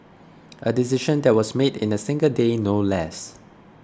a decision that was made in a single day no less